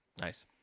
Nice